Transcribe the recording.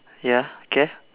ya can